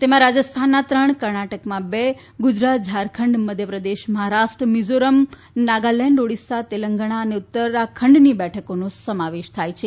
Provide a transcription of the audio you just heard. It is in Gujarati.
તેમાં રાજસ્થાનમાં ત્રણ કર્ણાટકમાં બે અને ગુજરાત ઝારખંડ મધ્યપ્રદેશ મહારાષ્ટ્ર મિઝોરમ નાગાલેન્ડ ઓડિશા તેલંગાણા અને ઉત્તરાખંડની બેઠકોનો સમાવેશ થાય છે